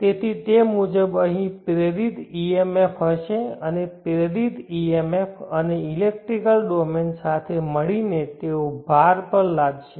તેથી તે મુજબ અહીં પ્રેરિત EMF હશે અને પ્રેરિત EMF અને ઇલેક્ટ્રિકલ ડોમેન સાથે મળીને તેઓ ભાર પર લાદશે